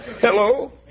Hello